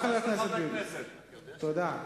תודה.